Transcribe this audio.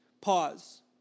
Pause